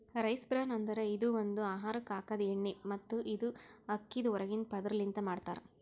rice bran ಅಂದುರ್ ಇದು ಒಂದು ಆಹಾರಕ್ ಹಾಕದ್ ಎಣ್ಣಿ ಮತ್ತ ಇದು ಅಕ್ಕಿದ್ ಹೊರಗಿಂದ ಪದುರ್ ಲಿಂತ್ ಮಾಡ್ತಾರ್